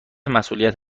مسئولیت